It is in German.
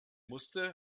musste